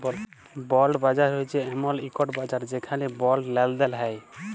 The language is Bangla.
বল্ড বাজার হছে এমল ইকট বাজার যেখালে বল্ড লেলদেল হ্যয়